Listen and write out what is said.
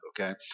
Okay